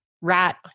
rat